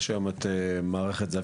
יש היום את מערכת זה"ב,